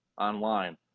online